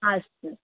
अस्तु